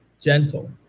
gentle